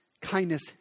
kindness